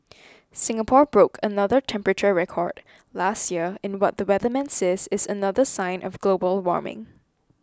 Singapore broke another temperature record last year in what the weatherman says is another sign of global warming